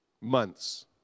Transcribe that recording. months